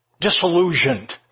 Disillusioned